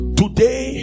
today